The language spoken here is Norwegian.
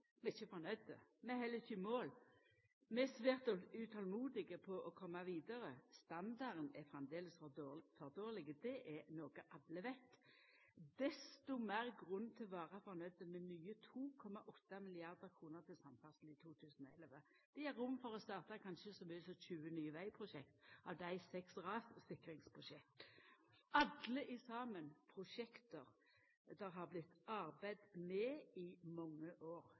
Vi er ikkje fornøgde. Vi er heller ikkje i mål. Vi er svært utolmodige etter å koma vidare. Standarden er framleis for dårleg. Det er noko alle veit – desto meir grunn til å vera fornøgd med nye 2,8 mrd. kr til samferdsel i 2011. Det gjev rom for å starta kanskje så mykje som 20 nye vegprosjekt, av dei seks rassikringsprosjekt – alle prosjekt det har vorte arbeidt med i mange år.